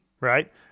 Right